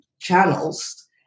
channels